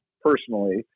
personally